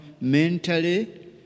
mentally